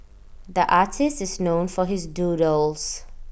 the artist is known for his doodles